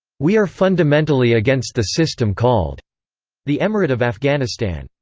we are fundamentally against the system called the emirate of afghanistan.